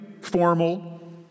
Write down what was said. formal